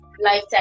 lifetime